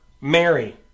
Mary